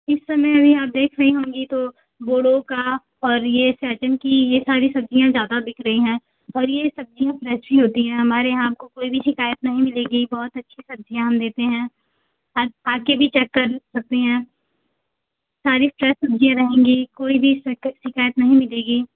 इस समय अभी आप देख रही होंगी तो बोड़ो का और ये सहजन की ये सारी सब्ज़ियाँ ज़्यादा दिख रही हैं और ये सब्ज़ियाँ फ्रेस ही होती हैं हमारे यहाँ आपको कोई भी शिकायत नहीं मिलेगी बहुत अच्छी सब्ज़ियाँ हम देते हैं और आ कर भी चेक कर सकते हैं सारी फ्रेस सब्ज़ियाँ रहेंगी कोई भी शिकायत नहीं मिलेगी